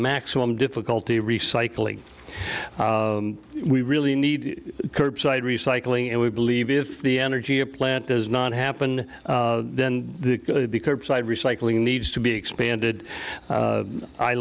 maximum difficulty recycling we really need curbside recycling and we believe if the energy a plant does not happen then the curbside recycling needs to be expanded